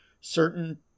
certain